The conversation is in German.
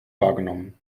wahrgenommen